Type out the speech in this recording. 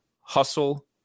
Hustle